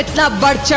not but yeah